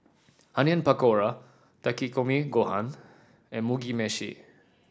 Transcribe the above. Onion Pakora Takikomi Gohan and Mugi Meshi